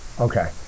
Okay